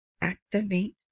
activate